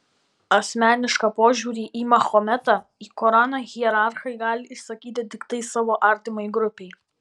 asmenišką požiūrį į mahometą į koraną hierarchai gali išsakyti tiktai savo artimai grupei